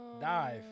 Dive